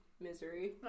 Misery